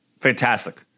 Fantastic